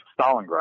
Stalingrad